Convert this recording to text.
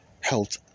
Health